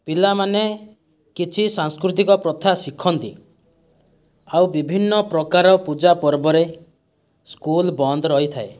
ପିଲାମାନେ କିଛି ସାଂସ୍କୃତିକ ପ୍ରଥା ଶିଖନ୍ତି ଆଉ ବିଭିନ୍ନ ପ୍ରକାର ପୂଜା ପର୍ବରେ ସ୍କୁଲ୍ ବନ୍ଦ ରହିଥାଏ